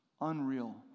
Unreal